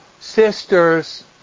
sisters